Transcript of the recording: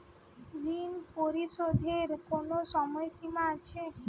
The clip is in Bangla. ঋণ পরিশোধের কোনো সময় সীমা আছে?